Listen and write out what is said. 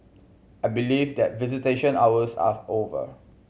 I believe that visitation hours are over